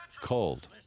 cold